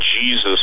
Jesus